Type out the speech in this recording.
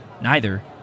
Neither